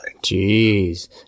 Jeez